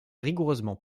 rigoureusement